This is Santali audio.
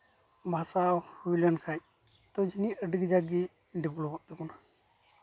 ᱵᱷᱟᱥᱟ ᱦᱩᱭ ᱞᱮᱱᱠᱷᱟᱡ ᱛᱚᱡᱷᱱᱤᱡ ᱟᱹᱰᱤ ᱠᱟᱡᱟᱠ ᱜᱮ ᱰᱮᱵᱷᱞᱚᱯᱚᱜ ᱛᱟᱵᱳᱱᱟ